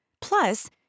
Plus